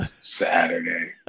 Saturday